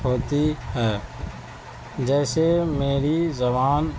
ہوتی ہے جیسے میری زبان